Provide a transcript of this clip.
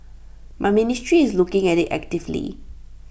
my ministry is looking at IT actively